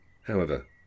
However